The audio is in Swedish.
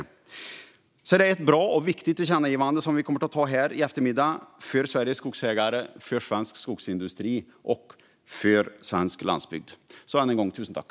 Det är alltså ett bra och viktigt tillkännagivande vi kommer att rösta igenom här i eftermiddag - för Sveriges skogsägare, för svensk skogsindustri och för svensk landsbygd. Än en gång: Tusen tack!